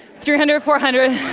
three hundred, four hundred,